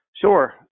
Sure